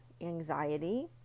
anxiety